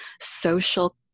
social